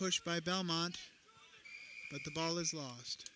push by belmont at the ball is lost